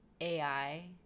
AI